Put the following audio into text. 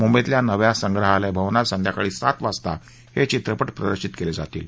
मुंबईतल्या नव्या संग्रहालय भवनात संध्याकाळी सात वाजता हे चित्रपट प्रदर्शित केले जातील